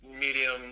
medium